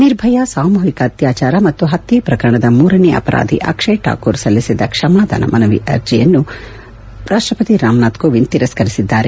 ನಿರ್ಭಯಾ ಸಾಮೂಹಿಕ ಅತ್ಯಾಚಾರ ಮತ್ತು ಹತ್ಯೆ ಪ್ರಕರಣದ ಮೂರನೇ ಅಪರಾಧಿ ಅಕ್ಷಯ್ ಠಾಕೂರ್ ಸಲ್ಲಿಸಿದ್ದ ಕ್ಷಮಾದಾನ ಮನವಿಯನ್ನು ರಾಷ್ಟ್ರಪತಿ ರಾಮನಾಥ್ ಕೋವಿಂದ್ ತಿರಸ್ಕರಿಸಿದ್ದಾರೆ